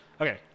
Okay